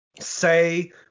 say